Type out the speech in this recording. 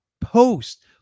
post